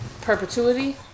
perpetuity